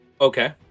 Okay